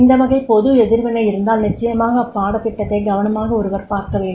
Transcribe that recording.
இந்த வகை பொது எதிர்வினை இருந்தால் நிச்சயமாக அப்பாடத்திட்டத்தை கவனமாக ஒருவர் பார்க்க வேண்டும்